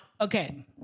okay